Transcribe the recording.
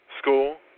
School